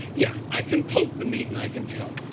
yeah, i can poke the meat, and i can tell.